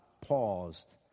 paused